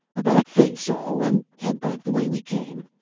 about face all and head back the way we came.